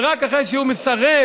ורק אחרי שהוא מסרב,